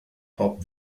pop